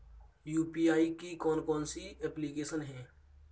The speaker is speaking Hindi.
यू.पी.आई की कौन कौन सी एप्लिकेशन हैं?